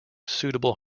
suitable